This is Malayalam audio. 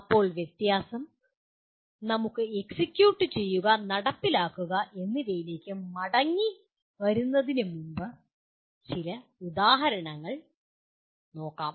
ഇപ്പോൾ വ്യത്യാസം നോക്കാം നമുക്ക് എക്സിക്യൂട്ട് ചെയ്യുക നടപ്പിലാക്കുക എന്നിവയിലേക്ക് മടങ്ങിവരുന്നതിനു മുമ്പ് ചില ഉദാഹരണങ്ങൾ നോക്കാം